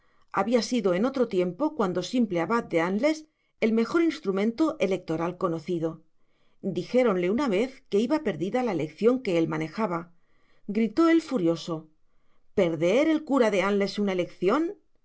había sido en otro tiempo cuando simple abad de anles el mejor instrumento electoral conocido dijéronle una vez que iba perdida la elección que él manejaba gritó él furioso perder el cura de anles una elección